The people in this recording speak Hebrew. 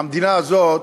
המדינה הזאת,